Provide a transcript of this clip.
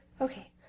okay